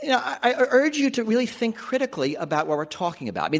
you know i urge you to really think critically about what we're talking about.